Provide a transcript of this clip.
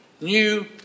new